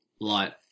light